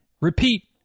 repeat